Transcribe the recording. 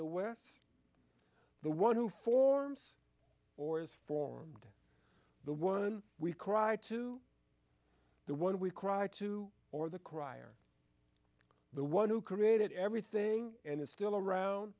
the west the one who forms or is formed the one we cry to the one we cry to or the cry or the one who created everything and is still around